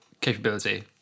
capability